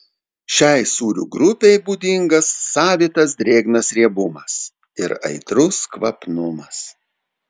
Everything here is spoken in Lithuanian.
šiai sūrių grupei būdingas savitas drėgnas riebumas ir aitrus kvapnumas